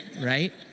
Right